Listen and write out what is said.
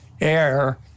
air